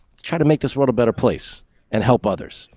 try to make this world a better place and help others.